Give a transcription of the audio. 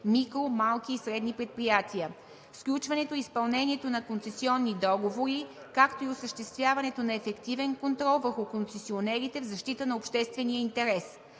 микро-, малки и средни предприятия; - сключването и изпълнението на концесионни договори, както и осъществяването на ефективен контрол върху концесионерите в защита на обществения интерес;